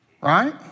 Right